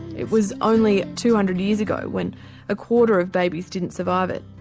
it was only two hundred years ago when a quarter of babies didn't survive it.